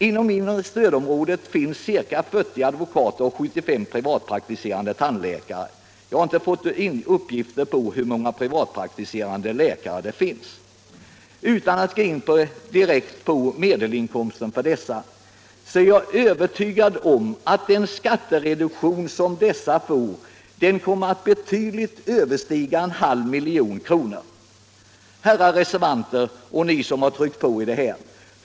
Inom inre stödområdet finns ca 40 advokater och 75 privatpraktiserande tandläkare. Jag har inte fått uppgifter om hur många privatpraktiserande läkare det finns. Utan att direkt gå in på medelinkomsterna för de nämnda grupperna, så är jag övertygad om att den skattereduktion som de får kommer att betydligt överstiga en halv miljon kronor. Herrar reservanter och ni som har tryckt på i det här ärendet!